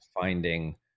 finding